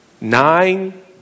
Nine